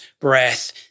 breath